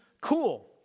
cool